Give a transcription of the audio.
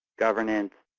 governance,